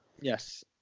Yes